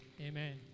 Amen